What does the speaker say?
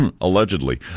allegedly